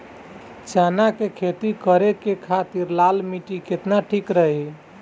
चना के खेती करे के खातिर लाल मिट्टी केतना ठीक रही?